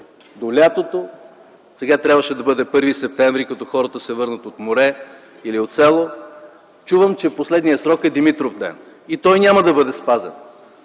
до лятото, сега трябваше да бъде от 1 септември, като хората се върнат от море или от село, чувам, че последният срок е Димитровден. И той няма да бъде спазен.